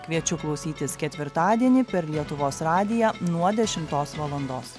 kviečiu klausytis ketvirtadienį per lietuvos radiją nuo dešimtos valandos